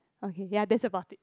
okay ya that's about it